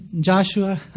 Joshua